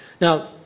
Now